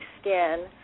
skin